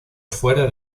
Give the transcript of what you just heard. fuera